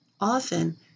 Often